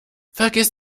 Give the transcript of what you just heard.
vergiss